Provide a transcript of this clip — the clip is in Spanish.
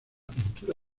pintura